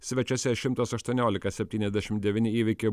svečiuose šimtas aštuoniolika septyniasdešim devyni įveikė